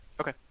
Okay